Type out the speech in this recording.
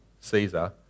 Caesar